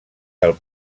del